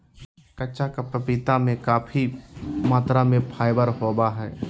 कच्चा पपीता में काफी मात्रा में फाइबर होबा हइ